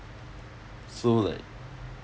so like